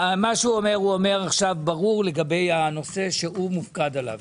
מה שהוא אומר הוא אומר עכשיו ברור לגבי הנושא שהוא מופקד עליו,